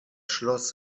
schloss